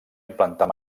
implantar